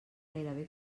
gairebé